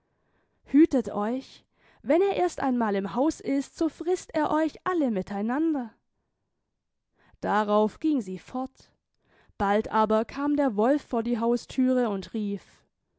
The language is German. hütet euch wenn er erst einmal im haus ist so frißt er euch alle miteinander darauf ging sie fort bald aber kam der wolf vor die hausthüre und rief